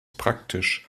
praktisch